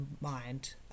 mind